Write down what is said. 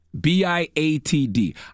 B-I-A-T-D